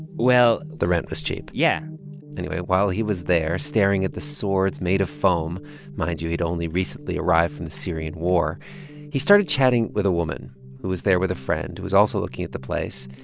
well. the rent was cheap yeah anyway, while he was there staring at the swords made of foam mind you, he'd only recently arrived from the syrian war he started chatting with a woman who was there with a friend who was also looking at the place.